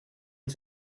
ich